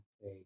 say